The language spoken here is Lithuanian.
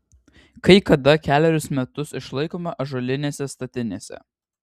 kai kada kelerius metus išlaikoma ąžuolinėse statinėse